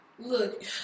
Look